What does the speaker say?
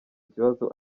ikibazo